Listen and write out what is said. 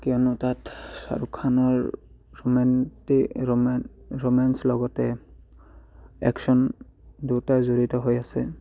কিয়নো তাত শ্বাহৰুখ খানৰ ৰোমেণ্টিক ৰমেঞ্চ লগতে একশ্যন দুয়োটা জড়িত হৈ আছে